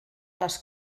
les